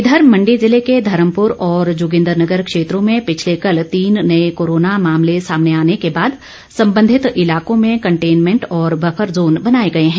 इधर मंडी जिले के धर्मपुर और जोगिन्दनगर क्षेत्रों में पिछले कल तीन नए कोरोना मामले सामने आने के बाद संबंधित इलाको में कंटेनमेंट और बफर जोन बनाए गए हैं